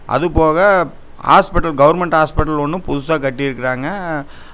அது போக hospital government hospital ஒன்று புதுசாக கட்டிருக்கிறாங்க